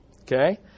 Okay